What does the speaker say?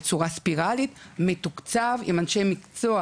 בצורה ספירלית מתוקצב ועם אנשי מקצוע